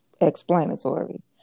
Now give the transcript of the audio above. explanatory